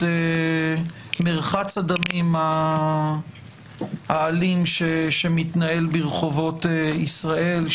מרחץ הדמים האלים שמתנהל ברחובות ישראל.